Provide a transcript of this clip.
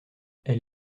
elle